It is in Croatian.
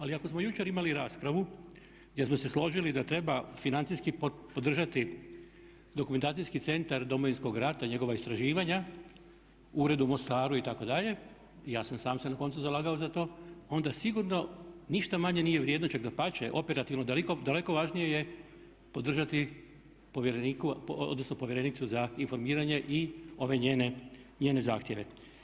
Ali ako smo jučer imali raspravu gdje smo se složili da treba financijski podržati Dokumentacijski centar Domovinskog rata i njegova istraživanja, Ured u Mostaru itd., ja sam sam se na koncu zalagao za to, onda sigurno ništa manje nije vrijedno čak dapače operativno daleko važnije je podržati povjerenicu za informiranje i ove njene zahtjeve.